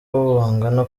bangana